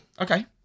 Okay